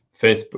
facebook